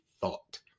Thought